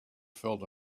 felt